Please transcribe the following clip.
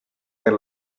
per